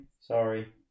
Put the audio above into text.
Sorry